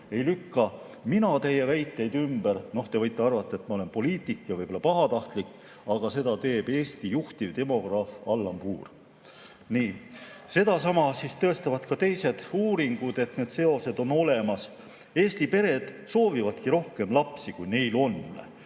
ei lükka mina teie väiteid ümber – te võite arvata, et ma olen poliitik ja võib-olla pahatahtlik –, aga seda teeb Eesti juhtiv demograaf Allan Puur. Sedasama tõestavad ka teised uuringud, et need seosed on olemas. Eesti pered soovivad rohkem lapsi, kui neil on.